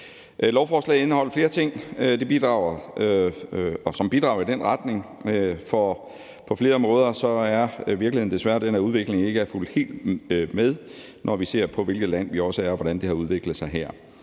Lovforslaget indeholder flere ting, som bidrager i den retning. For på flere måder er virkeligheden desværre den, at udviklingen ikke er fulgt helt med, når vi ser på, hvilket land vi er, og hvordan det har udviklet sig her.